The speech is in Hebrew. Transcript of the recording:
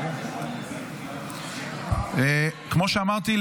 כמו שאמרתי,